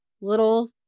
little